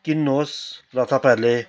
किन्नुहोस् र तपाईँहरूले